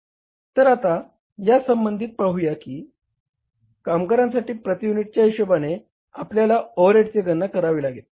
तर आता या संबंधी आपण पाहू शकतो की कामगारांसाठी प्रती युनिटच्या हिशोबाने आपल्याला ओव्हरहेडची गणना करावी लागेल